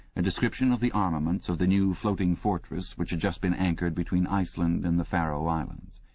a description of the armaments of the new floating fortress which had just been anchored between lceland and the faroe lslands.